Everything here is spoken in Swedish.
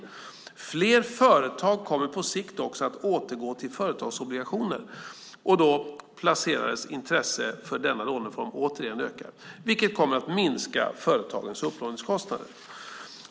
Fler företag kommer på sikt också att återgå till företagsobligationer då placerares intresse för denna låneform återigen ökar, vilket kommer att minska företagens upplåningskostnader.